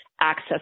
access